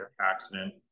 accident